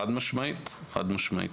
חד משמעית.